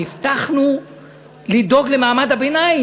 הרי הבטחנו לדאוג למעמד הביניים,